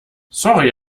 sorry